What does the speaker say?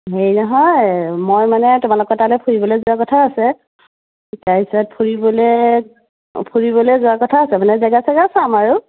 হেৰি নহয় মই মানে তোমালোকৰ তালৈ ফুৰিবলৈ যোৱাৰ কথা আছে তাৰপিছত ফুৰিবলৈ অঁ ফুৰিবলৈ যোৱাৰ কথা আছে মানে জেগা চেগা চাম আৰু